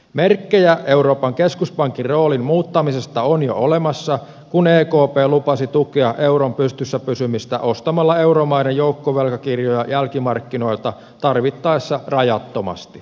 merkkejä euroopan keskuspankin roolin muuttamisesta on jo olemassa kun ekp lupasi tukea euron pystyssä pysymistä ostamalla euromaiden joukkovelkakirjoja jälkimarkkinoilta tarvittaessa rajattomasti